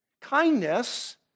Kindness